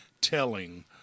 telling